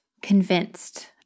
convinced